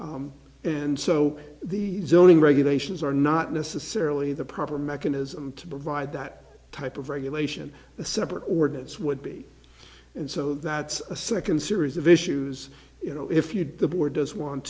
and so the zoning regulations are not necessarily the proper mechanism to provide that type of regulation a separate ordinance would be and so that's a second series of issues you know if you the board does want